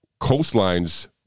coastlines